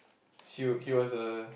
he he was a